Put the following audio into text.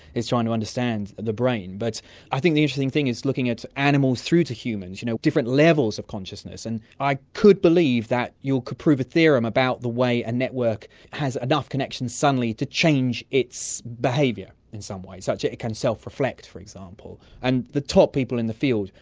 is trying to understand the brain. but i think the interesting thing is looking at animals through to humans, you know different levels of consciousness, and i could believe you that you could prove a theorem about the way a network has enough connections suddenly to change its behaviour in some way, such that it can self-reflect for example. and the top people in the field,